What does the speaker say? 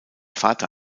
vater